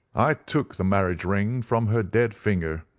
i took the marriage ring from her dead finger,